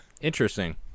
Interesting